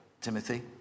Timothy